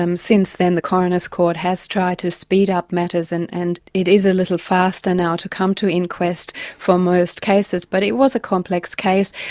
um since then the coroner's court has tried to speed up matters and and it is a little faster now to come to inquest for most cases. but it was a complex case.